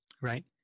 right